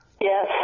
yes